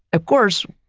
of course,